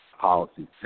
policies